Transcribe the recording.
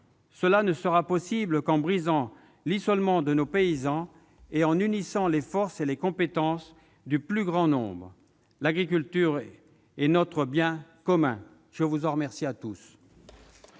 Ce ne sera possible qu'en brisant l'isolement de nos paysans et en unissant les forces et les compétences du plus grand nombre. L'agriculture est notre bien commun ! La parole est à Mme